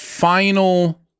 Final